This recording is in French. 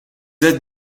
êtes